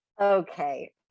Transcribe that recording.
Okay